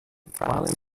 france